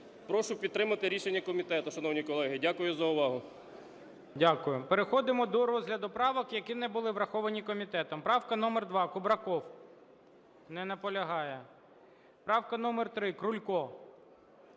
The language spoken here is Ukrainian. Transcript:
Прошу підтримати рішення комітету, шановні колеги. Дякую за увагу. ГОЛОВУЮЧИЙ. Дякую. Переходимо до розгляду правок, які не були враховані комітетом. Правка номер 2, Кубраков. Не наполягає. Правка номер 3, Крулько.